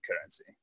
currency